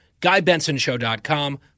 GuyBensonShow.com